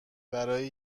برای